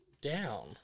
down